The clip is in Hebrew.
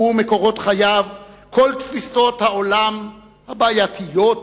נמחקו מקורות חייו כל תפיסות העולם הבעייתיות,